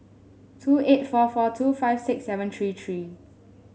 two eight four four two five six seven three three